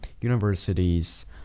universities